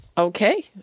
Okay